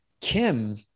Kim